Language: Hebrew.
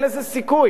אין לזה סיכוי.